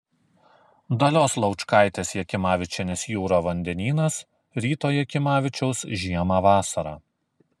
dalios laučkaitės jakimavičienės jūra vandenynas ryto jakimavičiaus žiemą vasarą